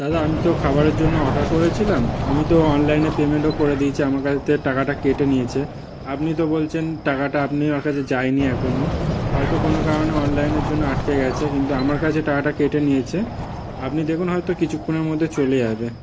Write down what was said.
দাদা আমি তো খাবারের জন্য অর্ডার করেছিলাম আমি তো অনলাইনে পেমেন্টও করে দিয়েছি আমার কাছ থেকে টাকাটা কেটে নিয়েছে আপনি তো বলছেন টাকাটা আপনর কাছে যায়নি এখনও হয়তো কোনও কারণে অনলাইনের জন্য আটকে গেছে কিন্তু আমার কাছে টাকাটা কেটে নিয়েছে আপনি দেখুন হয়তো কিছুক্ষণের মধ্যে চলে যাবে